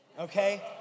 okay